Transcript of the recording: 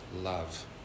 love